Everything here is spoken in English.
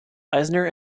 eisner